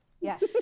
yes